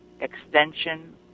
extension